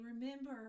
remember